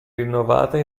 rinnovata